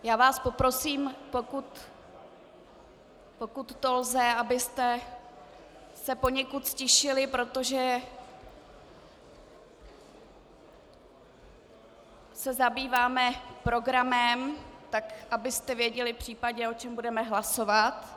Já vás poprosím, pokud to lze, abyste se poněkud ztišili, protože se zabýváme programem, tak abyste věděli případně, o čem budeme hlasovat.